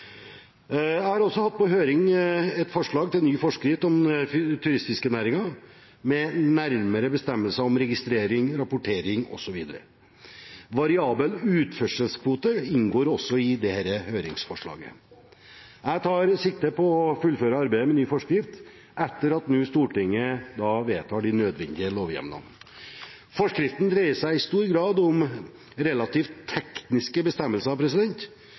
Jeg har også hatt på høring et forslag til ny forskrift om turistfiskenæringen med nærmere bestemmelser om registrering, rapportering osv. Variabel utførselskvote inngår også i dette høringsforslaget. Jeg tar sikte på å fullføre arbeidet med ny forskrift etter at Stortinget nå vedtar de nødvendige lovhjemlene. Forskriften dreier seg i stor grad om relativt tekniske bestemmelser,